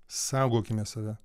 saugokime save